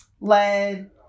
lead